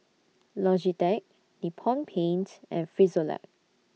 Logitech Nippon Paint and Frisolac